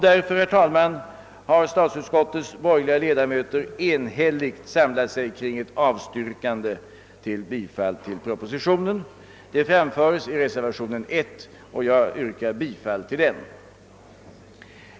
Därför har, herr talman, statsutskottets borgerliga ledamöter enhälligt samlat sig kring ett avstyrkande av propositionen. Yrkan om awslag framföres i reservationen 1 som jag yrkar bifall till.